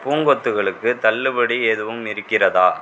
பூங்கொத்துகளுக்குத் தள்ளுபடி எதுவும் இருக்கிறதா